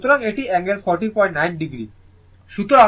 সুতরাং এটি angle 409o